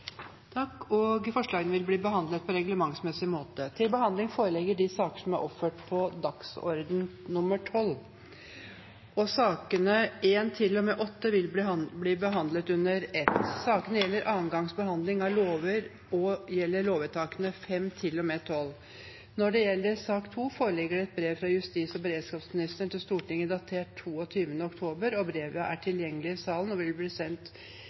Forslagene vil bli behandlet på reglementsmessig måte. Sakene nr. 1–8 vil bli behandlet under ett. Sakene er andre gangs behandling av lover og gjelder lovvedtakene 5–12. Når det gjelder sak nr. 2, foreligger det et brev fra justis- og beredskapsministeren, datert 22. oktober. Brevet er tilgjengelig i salen og vil bli sendt